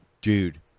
Dude